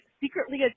secretly